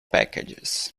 packages